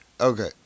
Okay